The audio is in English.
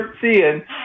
seeing